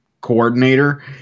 coordinator